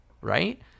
right